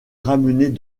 ramenait